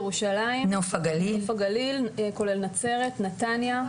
ירושלים, נוף הגליל כולל נצרת, נתניה.